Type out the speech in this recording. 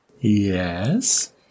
yes